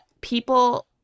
people